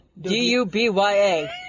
D-U-B-Y-A